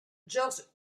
georg